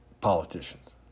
politicians